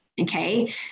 okay